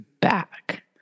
back